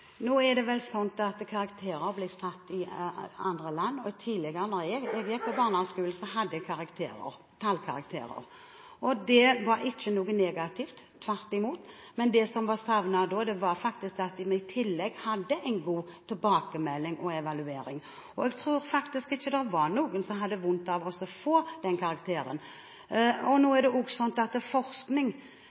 Nå er det vel slik at karakterer også blir satt i andre land. Da jeg gikk på barneskolen, fikk jeg tallkarakterer. Det var ikke noe negativt – tvert imot. Det vi savnet da, var en god tilbakemelding og evaluering. Jeg tror ikke det var noen som hadde vondt av å få karakterer. Når det gjelder forskning, er det